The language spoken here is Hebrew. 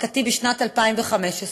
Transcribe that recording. הפקתי בשנת 2015,